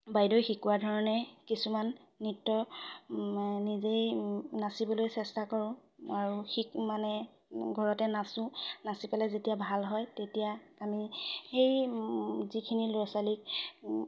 বাইদেউ শিকোৱা ধৰণে কিছুমান নৃত্য নিজেই নাচিবলৈ চেষ্টা কৰোঁ আৰু শিক মানে ঘৰতে নাচোঁ নাচি পেলাই যেতিয়া ভাল হয় তেতিয়া আমি সেই যিখিনি ল'ৰা ছোৱালীক